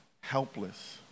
helpless